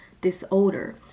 disorder